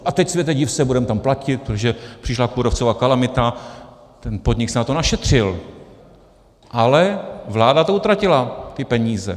A teď, světe div se, budeme tam platit, protože přišla kůrovcová kalamita, ten podnik si na to našetřil, ale vláda to utratila, ty peníze.